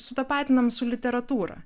sutapatinam su literatūra